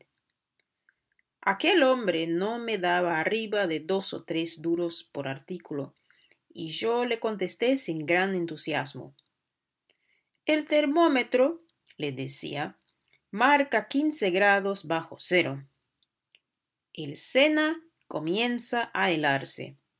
aquel hombre no me daba arriba de dos o tres duros por artículo y yo le contesté sin gran entusiasmo el termómetro le decía marca quince grados bajo cero el sena comienza a helarse